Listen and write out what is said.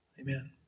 Amen